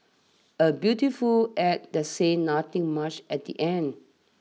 a beautiful ad that says nothing much at the end